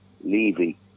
Levy